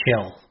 chill